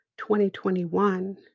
2021